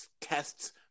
tests